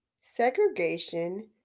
Segregation